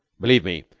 believe me,